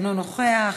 אינו נוכח,